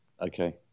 Okay